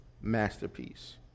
masterpiece